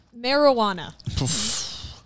Marijuana